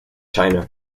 china